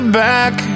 back